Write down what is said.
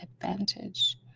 advantage